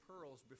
pearls